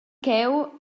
cheu